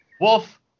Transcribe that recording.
wolf